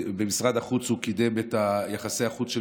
במשרד החוץ הוא קידם את יחסי החוץ של